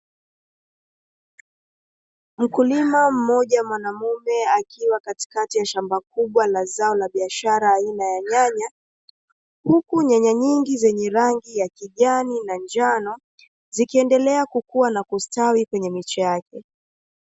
Mkulima mmoja mwanaume akiwa katikati ya shamba kubwa la zao la biashara aina ya nyanya, huku nyanya nyingi zenye rangi ya kijani na njano, zikiendelea kukua na kustawi kwenye miche yake.